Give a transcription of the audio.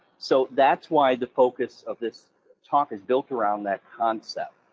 so that's why the focus of this talk is built around that concept.